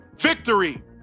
victory